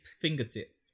fingertip